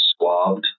squabbed